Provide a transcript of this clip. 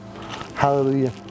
Hallelujah